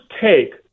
take